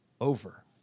over